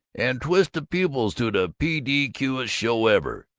and twist the pupils to the pdqest show ever.